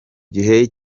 gihe